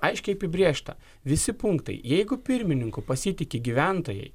aiškiai apibrėžta visi punktai jeigu pirmininku pasitiki gyventojai